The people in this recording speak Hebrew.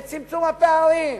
לצמצום הפערים,